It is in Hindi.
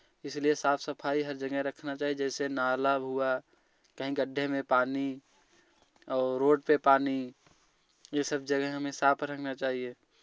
इसलिए साफ़ सफाई हर जगह रखना चाहे जैसे नाला हुआ कहीं गड्ढे में पानी और रोड पे पानी ये सब जगह हमें साफ रखना चाहिए